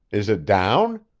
is it down?